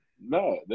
No